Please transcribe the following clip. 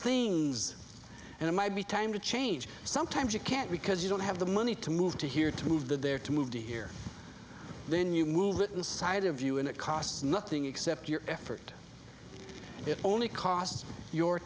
things and it might be time to change sometimes you can't because you don't have the money to move to here to move that there to move here then you move it inside of you and it costs nothing except your effort it only costs your